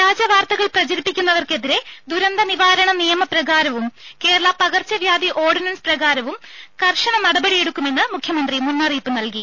വ്യാജ വാർത്തകൾ പ്രചരിപ്പിക്കുന്നവർക്കെതിരെ ദുരന്ത നിവാരണ നിയമപ്രകാരവും കേരള പകർച്ചവ്യാധി ഓർഡിനൻസ് പ്രകാരവും കർശന നടപടിയെടുക്കുമെന്ന് മുഖ്യമന്ത്രി മുന്നറിയിപ്പ് നൽകി